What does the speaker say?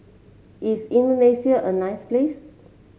is Indonesia a nice place